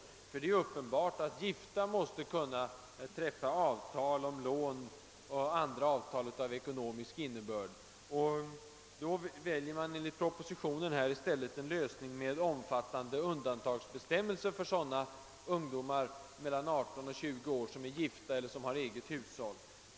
Det är nämligen uppenbart att gifta måste kunna ta lån och träffa andra avtal av ekonomisk innebörd. Då väljer propositionen i stället en lösning med omfattande undantagsbestämmelser för sådana ungdomar mellan 18 och 20 år som är gifta eller som har eget hushåll.